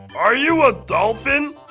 are you a dolphin?